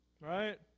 Right